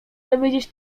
dowiedzieć